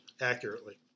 accurately